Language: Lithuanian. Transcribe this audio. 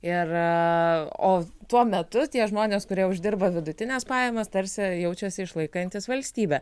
ir o tuo metu tie žmonės kurie uždirba vidutines pajamas tarsi jaučiasi išlaikantys valstybę